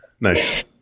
nice